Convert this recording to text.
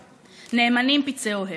נאמנים פצעי אוהב.